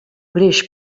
greix